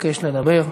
מבקש לדבר.